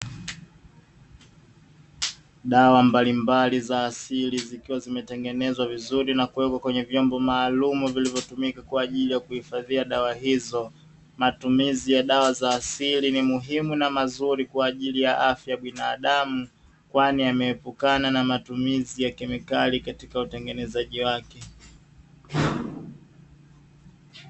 Dawa mbalimbali za asili zikiwa zimetengenezwa vizuri na kuwekwa kwenye vyombo maalumu vilivyotumika kwa ajili ya kuhifadhia dawa hizo. Matumizi ya dawa za asili ni muhimu na mazuri kwa ajili ya afya ya binadamu, kwani yameepukana na matumizi ya kemikali katika utengenezaji wake.